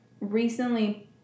recently